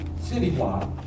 city-wide